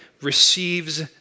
receives